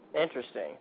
Interesting